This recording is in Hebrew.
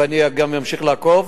ואני גם אמשיך לעקוב.